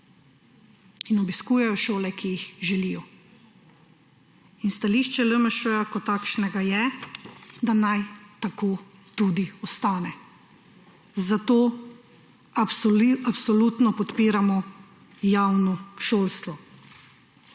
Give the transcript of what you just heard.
in obiskujejo šole, ki jih želijo. In stališče LMŠ kot takšnega je, da naj tako tudi ostane, zato absolutno podpiramo javno šolstvo.